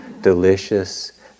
delicious